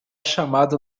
chamado